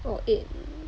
or eight